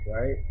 right